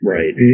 Right